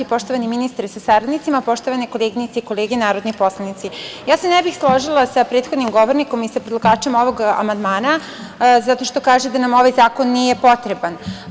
Poštovani ministre sa saradnicima, poštovane koleginice i kolege narodni poslanici, ja se ne bih složila sa prethodnim govornikom i sa predlagačima ovog amandmana, zato što kaže da nam ovaj zakon nije potreban.